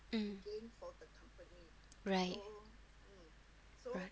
mm right right